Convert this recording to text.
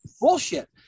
bullshit